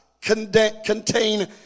contain